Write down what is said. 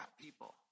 people